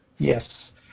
Yes